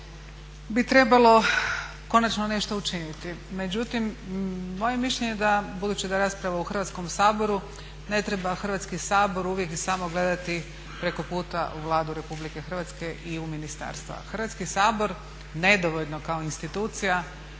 bi trebalo konačno nešto učiniti, međutim moje je mišljenje da budući da je rasprava u Hrvatskom saboru ne treba Hrvatski sabor uvijek i samo gledati preko puta u Vladu RH i u ministarstva. Hrvatski sabor nedovoljno kao institucija,